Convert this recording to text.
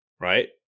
right